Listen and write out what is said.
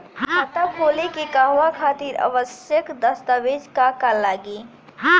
खाता खोले के कहवा खातिर आवश्यक दस्तावेज का का लगी?